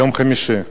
יום חמישי,